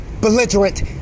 belligerent